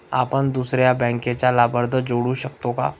आपण दुसऱ्या बँकेचा लाभार्थी जोडू शकतो का?